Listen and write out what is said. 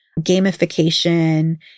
gamification